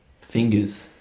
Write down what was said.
fingers